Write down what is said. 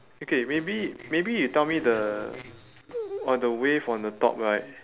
okay maybe maybe you tell me the or the wave on the top right